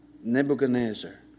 Nebuchadnezzar